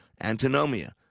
antinomia